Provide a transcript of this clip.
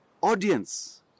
audience